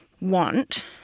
want